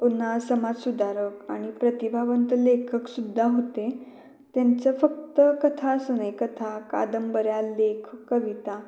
पुन्हा समाजसुधारक आणि प्रतिभावंत लेखकसुद्धा होते त्यांचं फक्त कथाच नाही कथा कादंबऱ्या लेख कविता